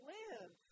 live